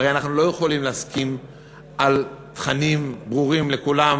הרי אנחנו לא יכולים להסכים על תכנים ברורים לכולם,